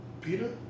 Peter